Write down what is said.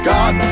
God